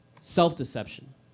Self-deception